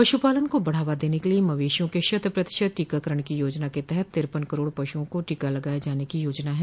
पश्पालन को बढ़ावा देने के लिये मवेशियों के शत प्रतिशत टीकाकरण की योजना के तहत तिरपन करोड़ पशुओं को टीका लगाये जाने की योजना है